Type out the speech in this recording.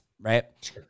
right